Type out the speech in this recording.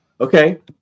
okay